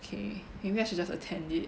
okay maybe I should just attend it